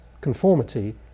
conformity